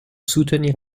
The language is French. soutenir